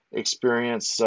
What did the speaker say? experience